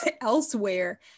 elsewhere